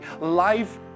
life